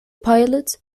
pilots